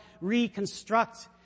reconstruct